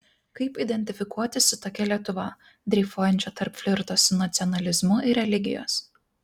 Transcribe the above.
kaip identifikuotis su tokia lietuva dreifuojančia tarp flirto su nacionalizmu ir religijos